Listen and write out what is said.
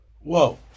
Whoa